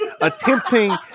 attempting